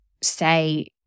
say